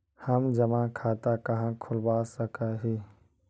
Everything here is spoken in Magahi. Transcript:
हम जमा खाता कहाँ खुलवा सक ही?